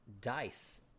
dice